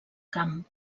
camp